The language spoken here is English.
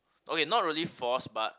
okay not really force but